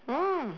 mm